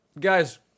Guys